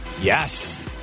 yes